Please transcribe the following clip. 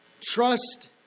Trust